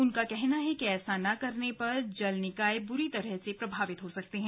उनका कहना है कि ऐसा न करने पर जल निकाय बुरी तरह से प्रभावित हो सकते हैं